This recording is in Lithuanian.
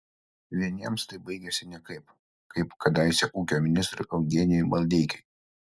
vieniems tai baigiasi nekaip kaip kadaise ūkio ministrui eugenijui maldeikiui